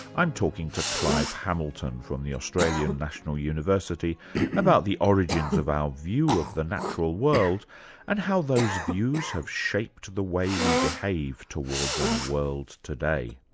i'm talking to clive hamilton from the australian national university about the origins of our view of the natural world and how those views have shaped the way we behave towards our world today.